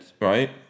right